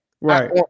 right